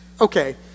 Okay